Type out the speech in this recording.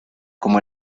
como